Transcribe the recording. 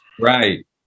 right